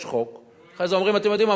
יש חוק, אחרי זה אומרים: אתם יודעים מה?